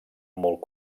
molt